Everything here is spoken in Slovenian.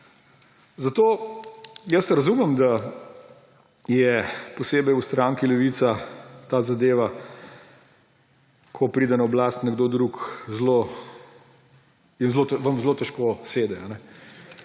Zato jaz razumem, da posebej stranki Levica ta zadeva, ko pride na oblast nekdo drug, zelo zelo težko sede,